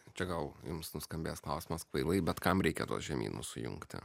čia gal jums nuskambės klausimas kvailai bet kam reikia tuos žemynus sujungti